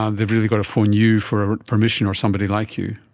ah they've really got to phone you for permission or somebody like you.